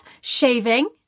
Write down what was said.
shaving